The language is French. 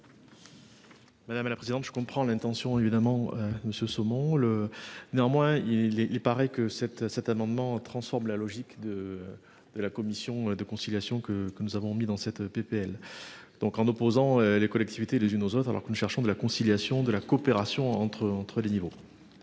Madame la présidente. Je comprends l'intention évidemment monsieur saumon le. Néanmoins, il les, il paraît que cet cet amendement transforme la logique de de la commission de conciliation que que nous avons mis dans cette PPL donc en opposant les collectivités les unes aux autres, alors que nous cherchons de la conciliation de la coopération entre entre les niveaux.